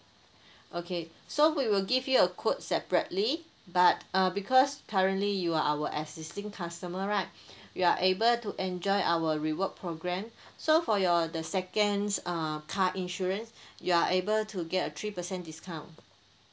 okay so we will give you a quote separately but uh because currently you are our existing customer right you are able to enjoy our reward program so for your the second uh car insurance you are able to get a three percent discount